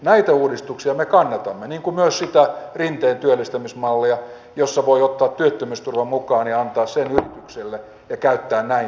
näitä uudistuksia me kannatamme niin kuin myös sitä rinteen työllistämismallia jossa voi ottaa työttömyysturvan mukaan ja antaa sen yritykselle ja käyttää näin työllistämisen hyväksi